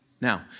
Now